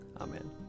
Amen